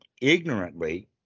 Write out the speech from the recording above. ignorantly